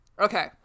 Okay